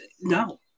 No